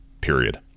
Period